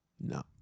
No